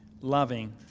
loving